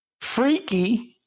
Freaky